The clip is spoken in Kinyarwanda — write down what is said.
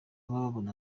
babona